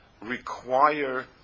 require